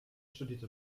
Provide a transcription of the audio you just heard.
studierte